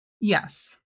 Yes